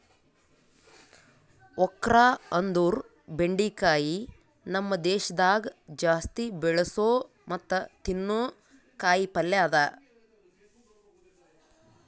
okra ಅಂದುರ್ ಬೆಂಡಿಕಾಯಿ ನಮ್ ದೇಶದಾಗ್ ಜಾಸ್ತಿ ಬೆಳಸೋ ಮತ್ತ ತಿನ್ನೋ ಕಾಯಿ ಪಲ್ಯ ಅದಾ